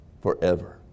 forever